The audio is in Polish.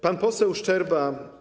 Pan poseł Szczerba.